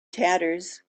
tatters